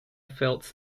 felt